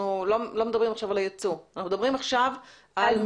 אנחנו לא מדברים עכשיו על היצוא.